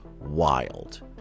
wild